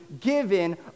given